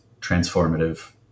transformative